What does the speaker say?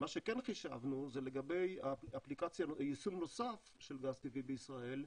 מה שכן חישבנו זה לגבי יישום נוסף של גז טבעי בישראל,